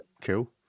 Cool